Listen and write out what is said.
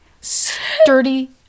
sturdy